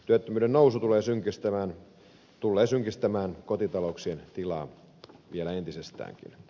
työttömyyden nousu tullee synkistämään kotitalouksien tilaa vielä entisestäänkin